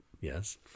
yes